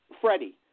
Freddie